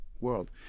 world